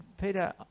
Peter